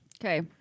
Okay